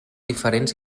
diferents